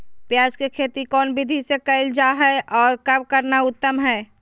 प्याज के खेती कौन विधि से कैल जा है, और कब करना उत्तम है?